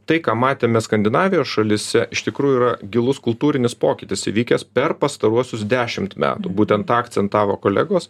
tai ką matėme skandinavijos šalyse iš tikrųjų yra gilus kultūrinis pokytis įvykęs per pastaruosius dešimt metų būtent tą akcentavo kolegos